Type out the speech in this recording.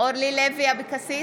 אורלי לוי אבקסיס,